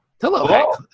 Hello